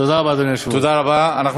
תודה רבה, אדוני היושב-ראש.